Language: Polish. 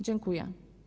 Dziękuję.